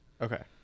Okay